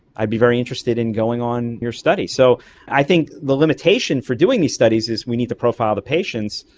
i'd be very interested in going on your study. so i think the limitation for doing these studies is we need to profile the patients,